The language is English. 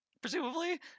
presumably